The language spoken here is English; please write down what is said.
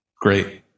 great